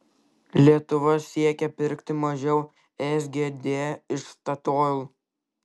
lietuva siekia pirkti mažiau sgd iš statoil